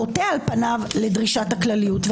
חוטא על פניו לדרישת הכלליות.